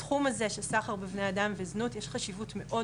בתחום הזה של סחר בבני אדם וזנות יש חשיבות מאוד